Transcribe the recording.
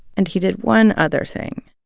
and he did one other thing